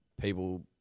People